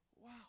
Wow